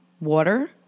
water